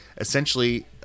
essentially